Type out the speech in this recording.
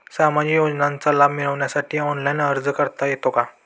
सामाजिक योजनांचा लाभ मिळवण्यासाठी ऑनलाइन अर्ज करता येतो का?